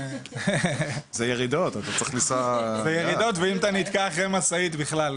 זה ירידות, ואם אתה נתקע אחרי משאית בכלל.